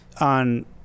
on